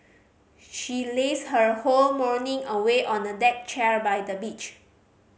she lazed her whole morning away on a deck chair by the beach